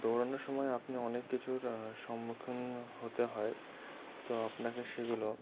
দৌড়ানোর সময় আপনি অনেক কিছুর সম্মুখীন হতে হয় তো আপনাকে সেগুলো